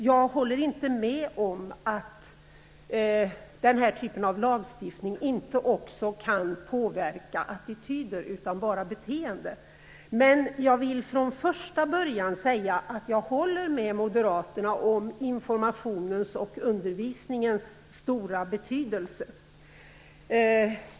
Jag håller inte med om att den här typen av lagstiftning inte också kan påverka attityder utan bara beteenden. Men jag vill från första början säga att jag håller med moderaterna om informationens och undervisningens stora betydelse.